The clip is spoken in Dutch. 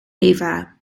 eva